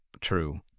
true